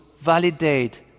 validate